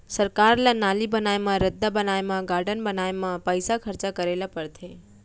सरकार ल नाली बनाए म, रद्दा बनाए म, गारडन बनाए म पइसा खरचा करे ल परथे